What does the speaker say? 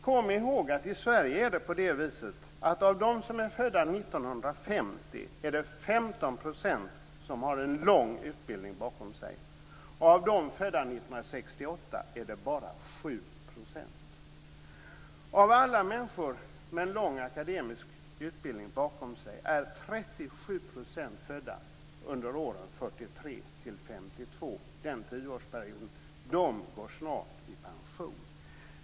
Kom ihåg att i Sverige är det på det viset att av dem som är födda 1950 har 15 % en lång utbildning bakom sig. Av dem som är födda 1968 är det bara 7 %. Av alla människor med en lång akademisk utbildning bakom sig är 37 % födda under åren 1943 1952, under en tioårsperiod. De går snart i pension.